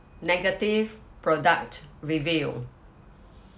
negative product review